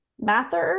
mathers